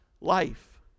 life